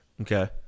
okay